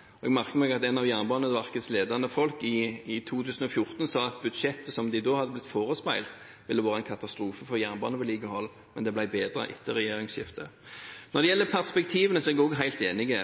vedlikeholdsåret. Jeg merket meg at en blant Jernbaneverkets ledende folk i 2014 sa at budsjettet som de da hadde blitt forespeilet, ville være en katastrofe for jernbanevedlikeholdet, men det ble bedre etter regjeringsskiftet. Når det gjelder perspektivene, er jeg også helt enig.